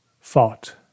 fought